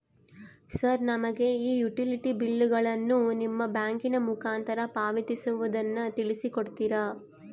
Sir ನಮಗೆ ಈ utility ಬಿಲ್ಲುಗಳನ್ನು ನಿಮ್ಮ ಬ್ಯಾಂಕಿನ ಮುಖಾಂತರ ಪಾವತಿಸುವುದನ್ನು ತಿಳಿಸಿ ಕೊಡ್ತೇರಾ?